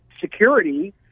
security